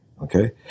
Okay